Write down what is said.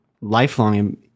lifelong